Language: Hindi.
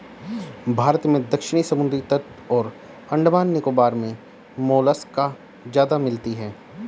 भारत में दक्षिणी समुद्री तट और अंडमान निकोबार मे मोलस्का ज्यादा मिलती है